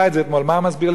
מה מסביר לי שר המשפטים?